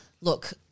look-